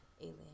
alien